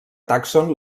tàxon